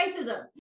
racism